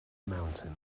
mountain